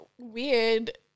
Weird